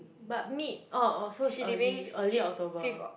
but mid orh orh so it's early early October